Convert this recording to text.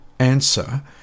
answer